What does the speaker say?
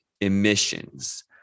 emissions